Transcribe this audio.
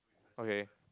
okay